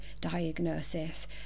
diagnosis